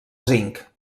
zinc